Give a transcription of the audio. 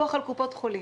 הבנתי.